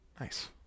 Nice